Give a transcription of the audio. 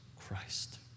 Christ